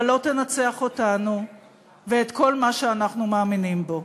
אבל לא תנצח אותנו ואת כל מה שאנחנו מאמינים בו.